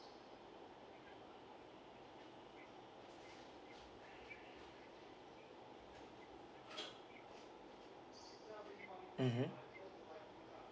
mmhmm